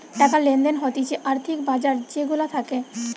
টাকা লেনদেন হতিছে আর্থিক বাজার যে গুলা থাকে